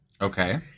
Okay